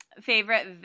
favorite